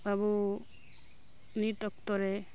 ᱟᱹᱵᱩ ᱱᱤᱛ ᱚᱠᱛᱚ ᱨᱮ